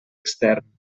extern